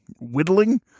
whittling